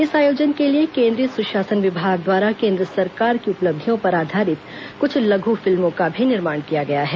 इस आयोजन के लिए केंद्रीय सुशासन विभाग द्वारा केंद्र सरकार की उपलब्धियों पर आधारित कुछ लघ् फिल्मों का भी निर्माण किया गया है